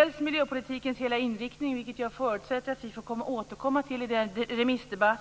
Frågan om miljöpolitikens hela inriktning förutsätter jag att vi får återkomma till i den remissdebatt